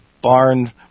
barn